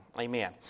Amen